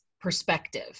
perspective